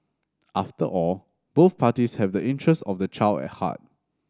after all both parties have a interest of the child at heart